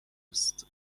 است